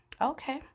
Okay